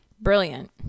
Brilliant